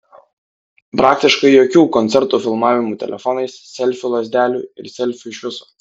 praktiškai jokių koncertų filmavimų telefonais selfių lazdelių ir selfių iš viso